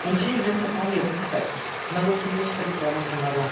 मोनसे इकजामाव लिरनो थाखाय नांगौखिनि स्टादि खालामनानै थाङाब्ला